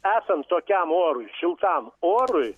esant tokiam orui šiltam orui